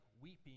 weeping